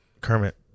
Kermit